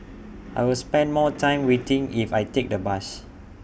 I'll spend more time waiting if I take the bus